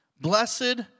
Blessed